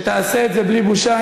שתעשה את זה בלי בושה,